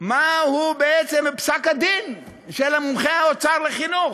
מהו פסק-הדין של מומחי האוצר לחינוך?